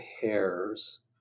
hairs